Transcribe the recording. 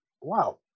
Wow